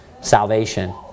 salvation